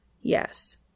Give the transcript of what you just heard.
Yes